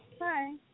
Hi